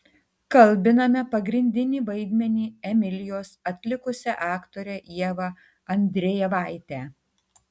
kalbiname pagrindinį vaidmenį emilijos atlikusią aktorę ievą andrejevaitę